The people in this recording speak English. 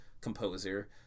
composer